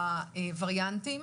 הווריאנטים